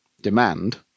demand